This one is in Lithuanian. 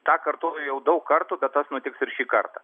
tą kartojau jau daug kartų bet tas nutiks ir šį kartą